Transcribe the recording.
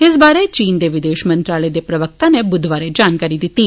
इस बारे चीन दे विदेश मंत्रालय दे प्रवक्ता नै बुधवारें जानकारी दित्ती